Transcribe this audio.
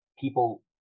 people